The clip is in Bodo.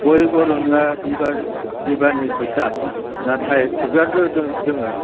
बै बरनदा बिबारनि खसाब नाथाय खुगाजों जोङो